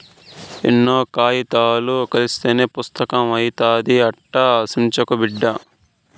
ఎన్నో కాయితాలు కలస్తేనే పుస్తకం అయితాది, అట్టా సించకు బిడ్డా